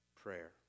prayer